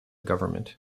government